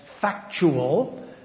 factual